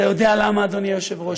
אתה יודע למה, אדוני היושב-ראש?